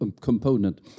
component